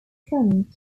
trent